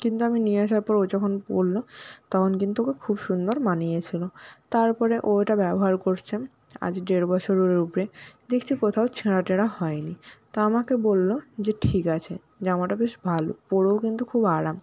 কিন্তু আমি নিয়ে আসার পর ও যখন পরলো তখন কিন্তু ওকে খুব সুন্দর মানিয়েছিলো তারপরে ও এটা ব্যবহার করছে আজ ডেড় বছরের উপরে দেখছি কোথাও ছেঁড়া টেরা হয় নি তো আমাকে বললো যে ঠিক আছে জামাটা বেশ ভালো পরেও কিন্তু খুব আরাম